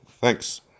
Thanks